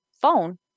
phone